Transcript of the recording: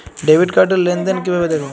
Debit card র লেনদেন কিভাবে দেখবো?